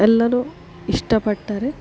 ಎಲ್ಲರೂ ಇಷ್ಟಪಟ್ಟರೆ